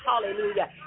Hallelujah